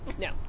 No